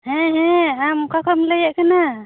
ᱦᱮᱸ ᱦᱮᱸ ᱟᱢ ᱚᱠᱟ ᱠᱷᱚᱱᱮᱢ ᱞᱟᱹᱭᱮᱫ ᱠᱟᱱᱟ